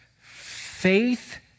Faith